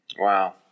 Wow